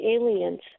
aliens